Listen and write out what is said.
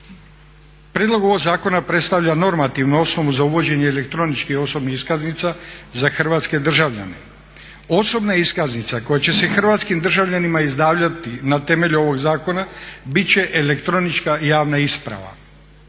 Prijedlog ovog zakona predstavlja normativnu osnovu za uvođenje elektroničkih osobnih iskaznica za hrvatske državljane. Osobna iskaznica koja će se hrvatskim državljanima izdavati na temelju ovog zakona bit će elektronička i javna isprava,